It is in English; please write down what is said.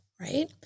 right